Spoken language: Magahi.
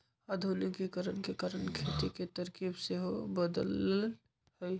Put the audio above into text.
आधुनिकीकरण के कारण खेती के तरकिब सेहो बदललइ ह